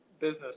business